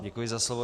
Děkuji za slovo.